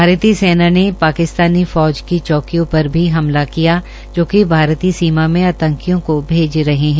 भारतीय सेना ने पाकिस्तानी फौज की चौंकियों पर भी हमला किया जो कि भारतीय सीमा में आतंकियों को भेज रहे हैं